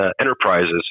enterprises